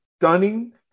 stunning